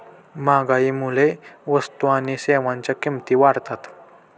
महागाईमुळे वस्तू आणि सेवांच्या किमती वाढतात